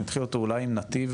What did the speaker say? אני אתחיל אותו אולי עם נתיב